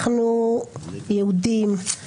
אנחנו יהודים, אזרחים,